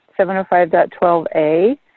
705.12a